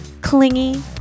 clingy